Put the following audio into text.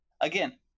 again